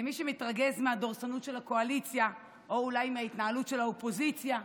למי שמתרגז מהדורסנות של הקואליציה או אולי מההתנהלות של האופוזיציה: